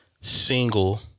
single